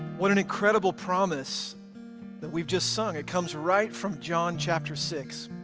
what an incredible promise that we've just sung. it comes right from john chapter six.